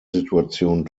situation